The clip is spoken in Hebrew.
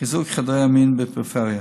חיזוק חדרי המיון בפריפריה.